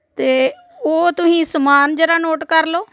ਅਤੇ ਉਹ ਤੁਸੀਂ ਸਮਾਨ ਜਰਾ ਨੋਟ ਕਰ ਲਓ